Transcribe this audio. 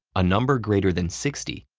a number greater than sixty,